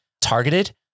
targeted